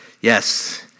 Yes